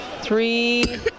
three